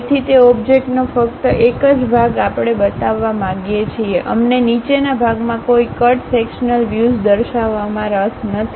તેથી તે ઓબ્જેક્ટનો ફક્ત એક જ ભાગ આપણે બતાવવા માંગીએ છીએ અમને નીચેના ભાગમાં કોઈ કટ સેક્શન્લ વ્યુઝ દર્શાવવામાં રસ નથી